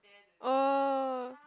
oh